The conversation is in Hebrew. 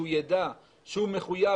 שהוא יידע שהוא מחויב,